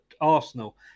Arsenal